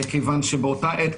כיוון שבאותה עת,